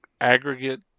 aggregate